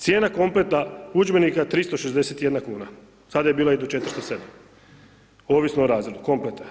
Cijena kompleta udžbenika 361 kuna, sada je bila i do 407, ovisno o razredu kompleta.